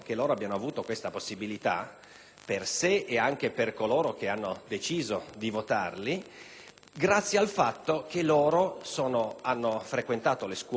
per sé e anche per coloro che hanno deciso di votarli, grazie al fatto che hanno frequentato le scuole, in quanto